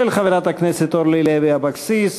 של חברת הכנסת אורלי לוי אבקסיס.